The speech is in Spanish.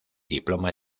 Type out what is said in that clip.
diploma